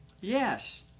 Yes